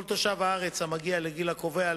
כל תושב הארץ המגיע לגיל הקובע,